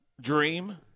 dream